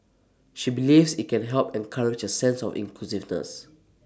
she believes IT can help encourage A sense of inclusiveness